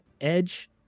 edge